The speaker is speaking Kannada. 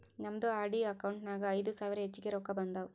ನಮ್ದು ಆರ್.ಡಿ ಅಕೌಂಟ್ ನಾಗ್ ಐಯ್ದ ಸಾವಿರ ಹೆಚ್ಚಿಗೆ ರೊಕ್ಕಾ ಬಂದಾವ್